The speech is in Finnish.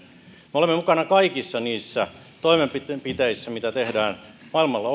me olemme mukana kaikissa niissä toimenpiteissä mitä tehdään maailmalla